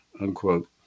unquote